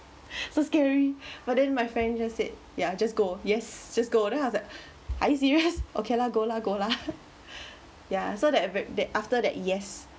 so scary but then my friend just said yeah just go yes just go then I was like are you serious okay lah go lah go lah ya so that that after that yes